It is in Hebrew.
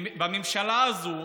בממשלה הזאת